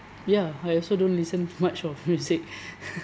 ya I also don't listen to much of music